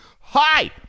hi